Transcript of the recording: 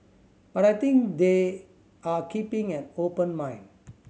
but I think they are keeping an open mind